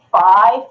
five